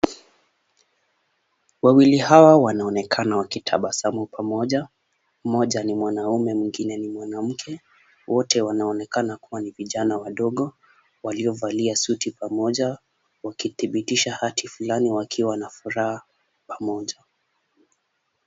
Wawili hawa wanaonekana wakitabasamu pamoja. Mmoja ni mwanaume mwingine ni mwanamke. Wote wanaonekana kuwa ni vijana wadogo waliovalia suti pamoja wakidhibitisha hati fulani wakiwa na furaha pamoja.